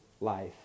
life